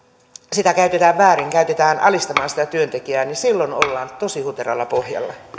sitä käytetään väärin käytetään alistamaan sitä työntekijää ollaan tosi huteralla pohjalla